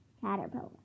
caterpillar